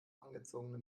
angezogene